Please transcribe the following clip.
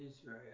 Israel